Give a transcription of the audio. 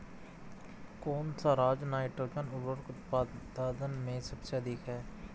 कौन सा राज नाइट्रोजन उर्वरक उत्पादन में सबसे अधिक है?